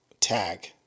Tag